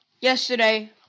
yesterday